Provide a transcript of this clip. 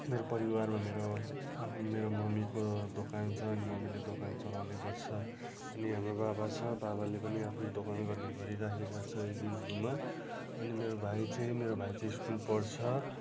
मेरो परिवारमा मेरो आफ्नो मेरो मम्मीको दोकान छ अनि मम्मीले दोकान चलाउने गर्छ अनि हाम्रो बाबा छ बाबाले पनि आफ्नो दोकान गर्ने गरिराखेका छ यी दिनहरूमा अनि मेरो भाइ चाहिँ मेरो भाइ चाहिँ स्कुल पढ्छ